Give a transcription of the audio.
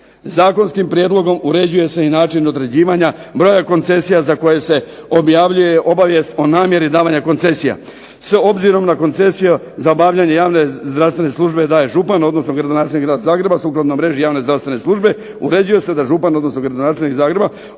Zakonskim prijedlogom uređuje se i način određivanja broja koncesija za koje se objavljuje obavijest o namjeri davanja koncesija. S obzirom na koncesije za obavljanje javne zdravstvene službe daje župan, odnosno gradonačelnik grada Zagreba sukladno mreži javne zdravstvene službe uređuje se da župan odnosno gradonačelnik Zagreba